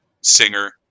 singer